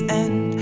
end